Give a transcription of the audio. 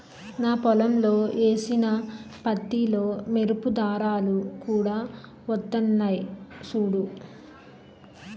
నా పొలంలో ఏసిన పత్తిలో మెరుపు దారాలు కూడా వొత్తన్నయ్ సూడూ